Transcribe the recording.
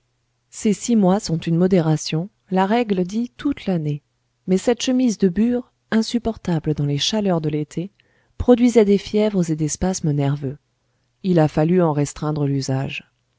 ces six mois sont une modération la règle dit toute l'année mais cette chemise de bure insupportable dans les chaleurs de l'été produisait des fièvres et des spasmes nerveux il a fallu en restreindre l'usage